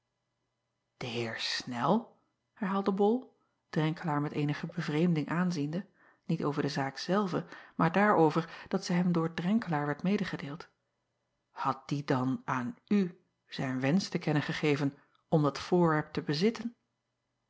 e eer nel herhaalde ol renkelaer met eenige bevreemding aanziende niet over de zaak zelve maar daarover dat ze hem door renkelaer werd medegedeeld had die dan aan u zijn wensch te kennen gegeven om dat voorwerp te bezitten